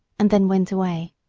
and then went away.